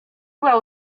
była